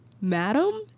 Madam